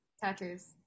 Tattoos